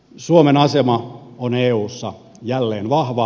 suomen asema on eussa jälleen vahva